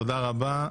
תודה רבה.